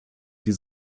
die